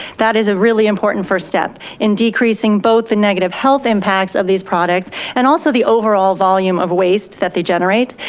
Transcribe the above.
that is a really important first step in decreasing, both the negative health impacts of these products and also the overall volume of waste that they generate.